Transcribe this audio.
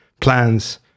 plans